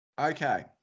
Okay